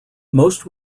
most